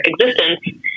existence